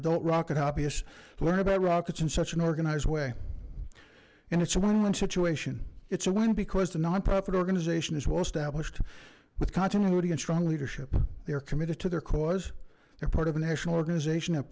adult rocket hobbyists learn about rockets in such an organized way and it's a win win situation it's a win because the nonprofit organization is well established with continuity and strong leadership they are committed to their cause they're part of a national organization have